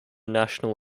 national